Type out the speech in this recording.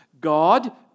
God